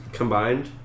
combined